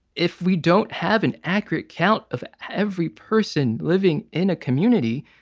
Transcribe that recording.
if we don't have an accurate count of every person living in a community,